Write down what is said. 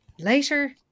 Later